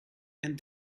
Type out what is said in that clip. and